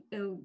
eu